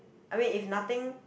I mean if nothing